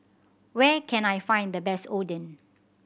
where can I find the best Oden